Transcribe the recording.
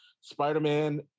Spider-Man